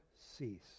cease